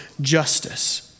justice